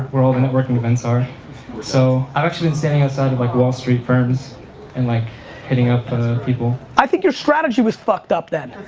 where all the networking events are so, i've actually been standing outside of like wall street firms and like hitting up the people. i think your strategy was fucked up then.